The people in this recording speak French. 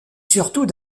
surtout